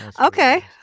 Okay